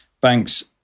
banks